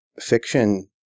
fiction